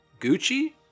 Gucci